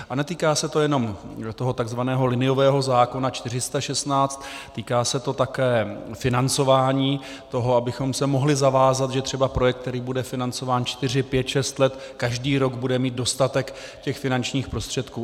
A netýká se to jenom toho tzv. liniového zákona 416, týká se to také financování toho, abychom se mohli zavázat, že třeba projekt, který bude financován 4, 5, 6 let, každý rok bude mít dostatek finančních prostředků.